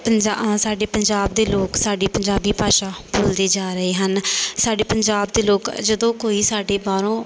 ਪੰਜਾ ਸਾਡੇ ਪੰਜਾਬ ਦੇ ਲੋਕ ਸਾਡੀ ਪੰਜਾਬੀ ਭਾਸ਼ਾ ਭੁੱਲਦੇ ਜਾ ਰਹੇ ਹਨ ਸਾਡੇ ਪੰਜਾਬ ਦੇ ਲੋਕ ਜਦੋਂ ਕੋਈ ਸਾਡੇ ਬਾਹਰੋਂ